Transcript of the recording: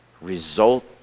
result